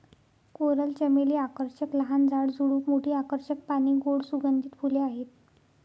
coral चमेली आकर्षक लहान झाड, झुडूप, मोठी आकर्षक पाने, गोड सुगंधित फुले आहेत